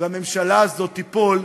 והממשלה הזאת תיפול,